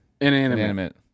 Inanimate